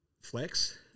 flex